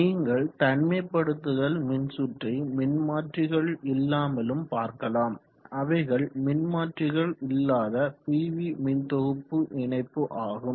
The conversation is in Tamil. நீங்கள் தனிமைப்படுத்துதல் மின்சுற்றை மின்மாற்றிகள் இல்லாமலுறு பார்க்கலாம் அவைகள் மின்மாற்றிகள் இல்லாத பிவி மின்தொகுப்பு இணைப்பு ஆகும்